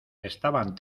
estaban